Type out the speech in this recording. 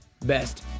best